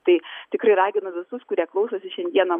tai tikrai raginu visus kurie klausosi šiandieną